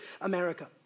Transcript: America